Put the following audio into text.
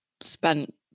spent